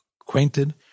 acquainted